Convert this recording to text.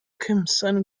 crimson